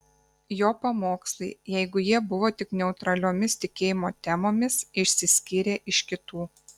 jo pamokslai jeigu jie buvo tik neutraliomis tikėjimo temomis išsiskyrė iš kitų